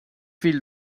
fill